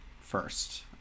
first